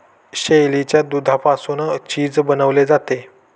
शेळीच्या दुधापासून चीज बनवले जाते